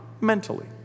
mentally